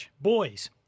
Boys